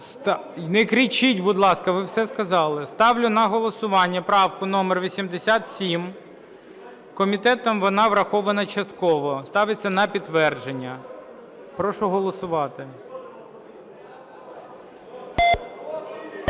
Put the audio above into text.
Не кричіть, будь ласка, ви все сказали. Ставлю на голосування правку номер 87. Комітетом вона врахована частково. Ставиться на підтвердження. Прошу голосувати.